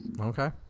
Okay